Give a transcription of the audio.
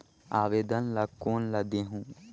आवेदन ला कोन ला देहुं?